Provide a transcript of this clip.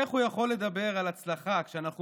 איך הוא יכול לדבר על הצלחה כשאנחנו